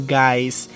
guys